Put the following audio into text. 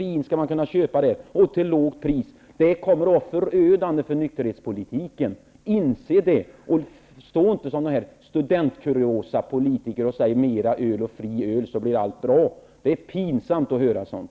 Vin skall kunna köpas där till lågt pris. Det kommer att vara förödande för nykterhetspolitiken. Inse det! Stå inte som studentkuriosapolitiker och förorda mer öl och fri öl, så blir allt bra. Det är pinsamt att höra sådant.